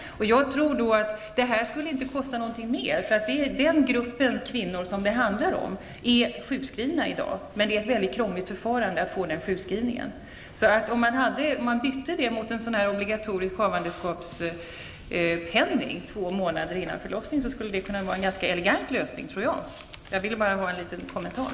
Jag tror inte att det skulle kosta mer, därför att den grupp kvinnor som det handlar om är i dag sjukskrivna, genom ett krångligt förfarande. Om detta byttes mot en obligatorisk havandeskapspenning, två månader före förlossningen, kunde det vara en elegant lösning. Jag vill bara ha en kommentar.